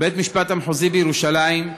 בית-המשפט המחוזי בירושלים,